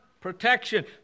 protection